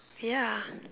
ya